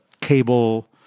cable